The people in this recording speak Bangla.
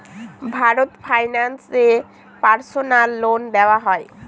ভারত ফাইন্যান্স এ পার্সোনাল লোন দেওয়া হয়?